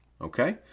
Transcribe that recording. Okay